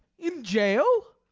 in jail?